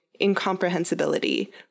incomprehensibility